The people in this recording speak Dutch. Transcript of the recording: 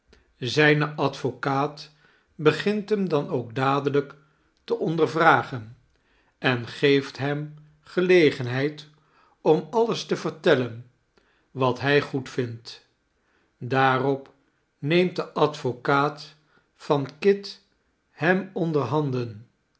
zijn advocaat begint hem dan ook dadelijk te ondervragen en geeft hem gelegenheid om alles te vertellen wat hij goedvindt daarop neemt de advocaat van kit hem